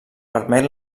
permet